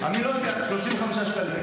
אני לא יודע, 35 שקלים.